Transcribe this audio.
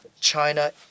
China